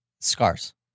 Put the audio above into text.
Scars